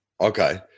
Okay